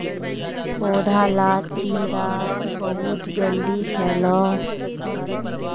पौधा लात कीड़ा बहुत जल्दी फैलोह